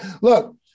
Look